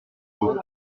haut